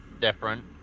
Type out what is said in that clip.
different